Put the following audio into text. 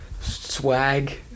Swag